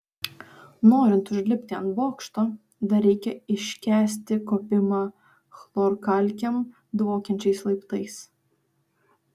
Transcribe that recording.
norint užlipti ant bokšto dar reikia iškęsti kopimą chlorkalkėm dvokiančiais laiptais